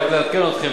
רק לעדכן אתכם,